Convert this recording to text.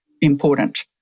important